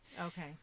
Okay